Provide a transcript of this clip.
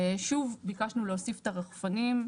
שוב ביקשנו להוסיף את הרחפנים,